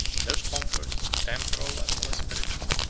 those comforts, temporal as well as spiritual,